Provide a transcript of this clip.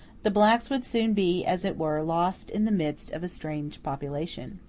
the blacks would soon be, as it were, lost in the midst of a strange population.